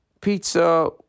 Pizza